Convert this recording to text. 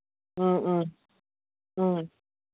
ꯎꯝ ꯎꯝ ꯎꯝ